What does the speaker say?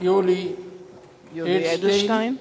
יולי אדלשטיין,